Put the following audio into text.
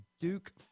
Duke